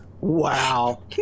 Wow